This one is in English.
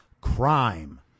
crime